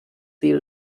دیر